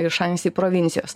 ir šansi provincijos